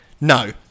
no